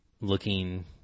looking